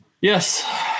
Yes